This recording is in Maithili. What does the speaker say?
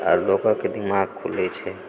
आर लोकक दिमाग खुलै छै